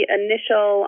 initial